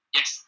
Yes